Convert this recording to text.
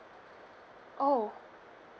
oh